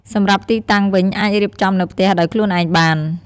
សម្រាប់ទីតាំងវិញអាចរៀបចំនៅផ្ទះដោយខ្លួនឯងបាន។